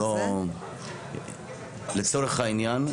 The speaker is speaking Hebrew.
לצורך העניין,